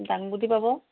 ডাংবডী পাব